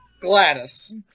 Gladys